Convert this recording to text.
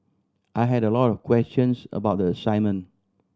I had a lot of questions about the assignment